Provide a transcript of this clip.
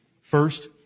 First